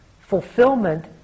fulfillment